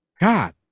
God